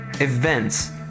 events